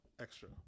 Extra